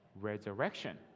resurrection